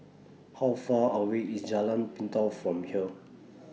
How Far away IS Jalan Pintau from here